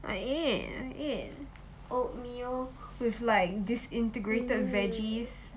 I ate I ate oatmeal with like this integrated veggies